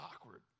awkward